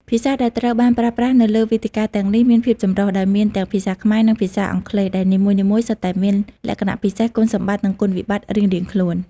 ភាសាដែលត្រូវបានប្រើប្រាស់នៅលើវេទិកាទាំងនេះមានភាពចម្រុះ ដោយមានទាំងភាសាខ្មែរ និងភាសាអង់គ្លេស ដែលនីមួយៗសុទ្ធតែមានលក្ខណៈពិសេស គុណសម្បត្តិ និងគុណវិបត្តិរៀងៗខ្លួន។